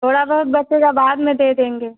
थोड़ा बहुत बचेगा बाद में दे देंगे